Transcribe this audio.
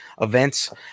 events